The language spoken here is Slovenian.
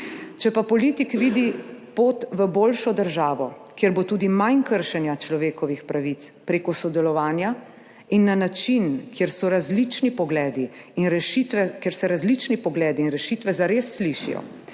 Če pa politik vidi pot v boljšo državo, kjer bo tudi manj kršenja človekovih pravic, prek sodelovanja in na način, kjer se različni pogledi in rešitve zares slišijo